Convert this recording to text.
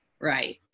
right